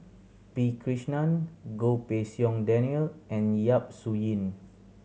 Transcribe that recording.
P Krishnan Goh Pei Siong Daniel and Yap Su Yin